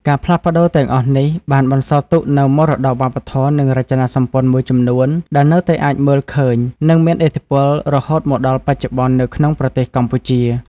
ការផ្លាស់ប្ដូរទាំងអស់នេះបានបន្សល់ទុកនូវមរតកវប្បធម៌ និងរចនាសម្ព័ន្ធមួយចំនួន ដែលនៅតែអាចមើលឃើញ និងមានឥទ្ធិពលរហូតមកដល់បច្ចុប្បន្ននៅក្នុងប្រទេសកម្ពុជា។